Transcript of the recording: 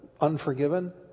unforgiven